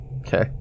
Okay